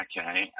okay